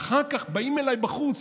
ואחר כך באים אליי בחוץ,